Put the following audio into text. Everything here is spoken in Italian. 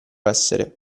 essere